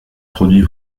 produit